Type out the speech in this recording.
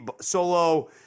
solo